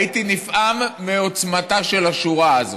והייתי נפעם מעוצמתה של השורה הזאת.